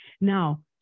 Now